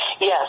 Yes